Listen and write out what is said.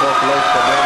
החוק לא התקבל.